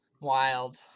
Wild